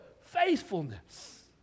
faithfulness